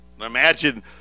Imagine